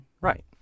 Right